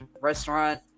restaurant